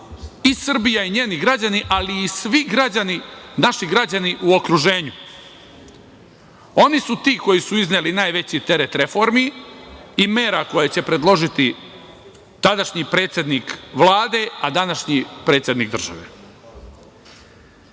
i Srbija i njeni građani, ali i svi građani, naši građani u okruženju. Oni su ti koji su izneli najveći teret reformi i mera koja će predložiti tadašnji predsednik Vlade, a današnji predsednik države. Mi